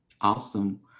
Awesome